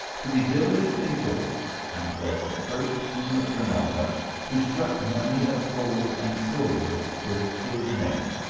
to be diligently worked, and was the first king of granada who struck money of gold and silver with his name,